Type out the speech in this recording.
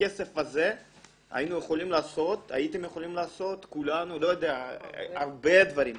בכסף הזה הייתם יכולים לעשות הרבה דברים,